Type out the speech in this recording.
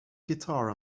guitar